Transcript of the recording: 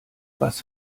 was